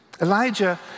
Elijah